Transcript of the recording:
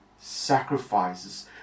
sacrifices